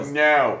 no